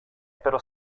però